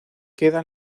queda